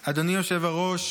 היושב-ראש,